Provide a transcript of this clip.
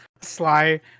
Sly